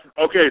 Okay